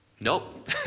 Nope